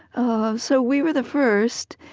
ah so, we were the first,